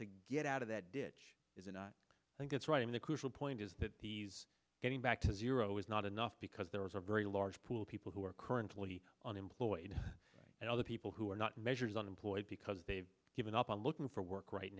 to get out of that did it is and i think it's right in the crucial point is that he's getting back to zero is not enough because there is a very large pool of people who are currently on employed and other people who are not measures unemployed because they've given up a look for work right